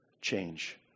change